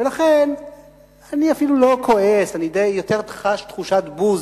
ולכן אני אפילו לא כועס, אני יותר חש תחושת בוז